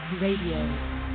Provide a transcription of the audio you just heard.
Radio